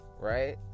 Right